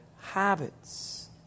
habits